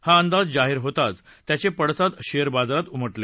हा अंदाज जाहीर होताच त्याचे पडसाद शेअर बाजारात उमेटले